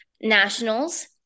nationals